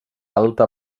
alta